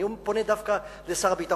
אני פונה דווקא אל שר הביטחון,